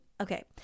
Okay